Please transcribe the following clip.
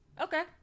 Okay